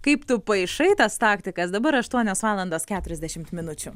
kaip tu paišai tas taktikas dabar aštuonios valandos keturiasdešimt minučių